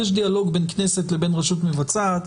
יש דיאלוג בין הכנסת לבין הרשות מבצעת.